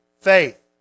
faith